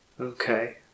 Okay